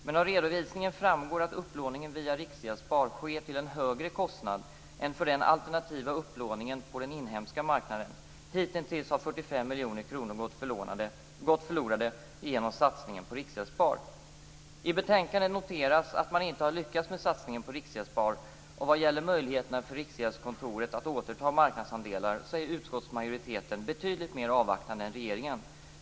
Men av redovisningen framgår att upplåningen via Riksgäldsspar sker till en högre kostnad än för den alternativa upplåningen på den inhemska marknaden. Hitintills har 45 miljoner kronor gått förlorade genom satsningen på Riksgäldsspar. I betänkandet noteras att man inte har lyckats med satsningen på Riksgäldsspar, och när det gäller möjligheterna för Riksgäldskontoret att återta marknadsandelar är utskottsmajoriteten betydligt mer avvaktande än regeringen.